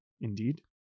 Indeed